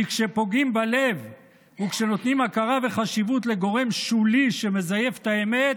כי כשפוגעים בלב וכשנותנים הכרה וחשיבות לגורם שולי שמזייף את האמת,